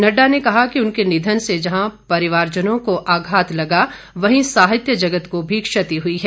नड्डा ने कहा कि उनके निधन से जहां परिवारजनों को आघात लगा वहीं साहित्य जगत को भी क्षति हुई है